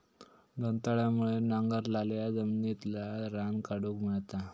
दंताळ्यामुळे नांगरलाल्या जमिनितला रान काढूक मेळता